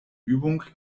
übung